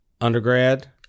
undergrad